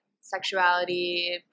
sexuality